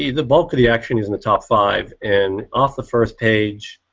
the the bulk of the action is in the top five and off the first page,